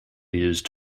used